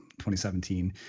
2017